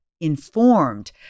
informed